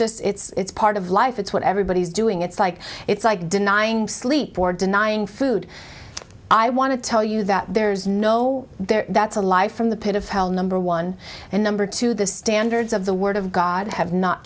just it's part of life it's what everybody is doing it's like it's like denying sleep or denying food i want to tell you that there's no there that's a lie from the pit of hell number one and number two the standards of the word of god have not